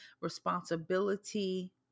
responsibility